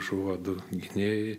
žuvo du gynėjai